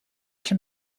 schon